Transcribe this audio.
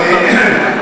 בבקשה.